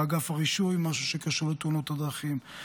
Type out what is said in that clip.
באגף הרישוי משהו שקשור לתאונות הדרכים,